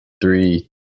three